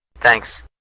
Thanks